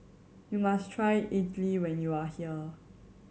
you must try Idili when you are here